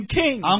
king